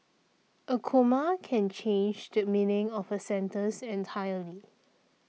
a comma can change the meaning of a sentence entirely